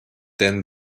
then